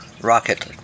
rocket